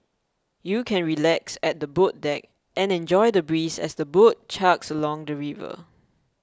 you can relax at the boat deck and enjoy the breeze as the boat chugs along the river